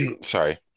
Sorry